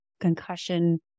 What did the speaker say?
concussion